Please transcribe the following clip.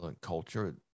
culture